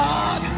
God